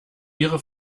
ihre